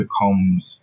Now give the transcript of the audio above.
becomes